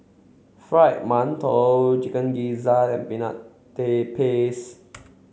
fried mantou chicken gizzard and Peanut Paste